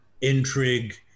intrigue